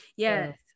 yes